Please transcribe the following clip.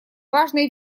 важной